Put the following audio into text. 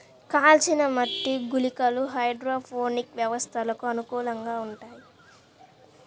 కాల్చిన మట్టి గుళికలు హైడ్రోపోనిక్ వ్యవస్థలకు అనుకూలంగా ఉంటాయి